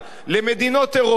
למדינות אירופה,